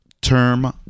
term